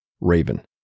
raven